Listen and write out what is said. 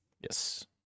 Yes